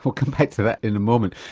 we'll come back to that in a moment.